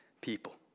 people